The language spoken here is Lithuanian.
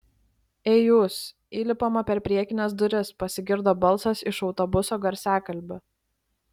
ei jūs įlipama per priekines duris pasigirdo balsas iš autobuso garsiakalbio